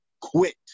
quit